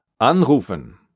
anrufen